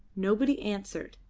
nobody answered.